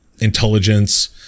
intelligence